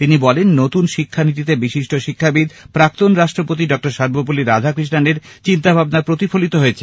তিনি বলেন নতুন শিক্ষানীতিতে বিশিষ্ট শিক্ষাবিদ প্রাক্তন রাষ্ট্রপতি ডঃ সর্বপল্লী রাধাকৃষ্ণানের চিন্তাভাবনা প্রতিফলিত হয়েছে